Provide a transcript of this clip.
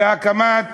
בהקמת